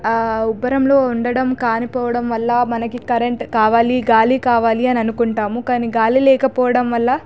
ఆ ఉబ్బరంలో ఉండడం కానీ పోవడం వల్ల మనకి కరెంటు కావాలి గాలి కావాలి అని అనుకుంటాము కానీ గాలి లేకపోవడం వల్ల